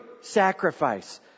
sacrifice